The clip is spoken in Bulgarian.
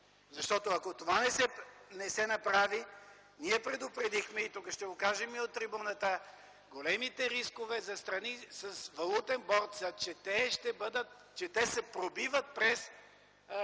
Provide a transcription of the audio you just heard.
Защото, ако това не се направи, ние предупредихме и тук ще го кажем и от трибуната, големите рискове за страни с валутен борд са, че те се пробиват през